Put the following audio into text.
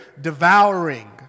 devouring